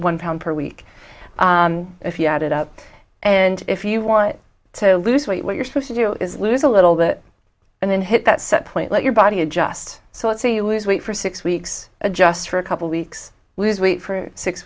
one pound per week if you add it up and if you want to lose weight what you're supposed to do is lose a little bit and then hit that set point let your body adjust so it so you lose weight for six weeks adjust for a couple weeks lose weight for six